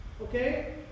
Okay